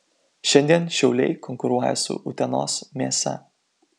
šiandien šiauliai konkuruoja su utenos mėsa